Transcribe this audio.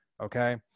Okay